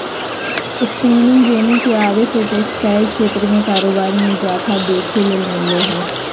spinning jenny के आवे से टेक्सटाइल क्षेत्र के कारोबार मे इजाफा देखे ल मिल लय हें